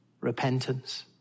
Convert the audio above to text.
repentance